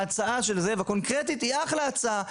ההצעה של זאב הקונקרטית והיא אחלה הצעה,